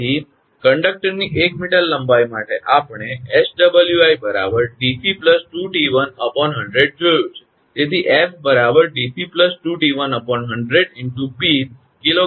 તેથી કંડક્ટરની 1 મીટર લંબાઈ માટે આપણે 𝑆𝑤𝑖 𝑑𝑐 2𝑡1 100 જોયું છે તેથી 𝐹 𝑑𝑐 2𝑡1 100 × 𝑝 𝐾𝑔𝑚